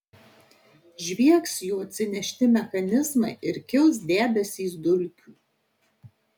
žviegs jo atsinešti mechanizmai ir kils debesys dulkių